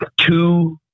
two